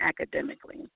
academically